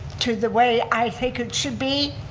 to the way i think it should be,